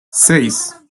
seis